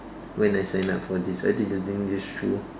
when I signed up for this I didn't think this through